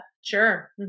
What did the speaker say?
Sure